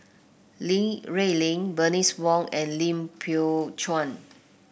Li Rulin Bernice Wong and Lim Biow Chuan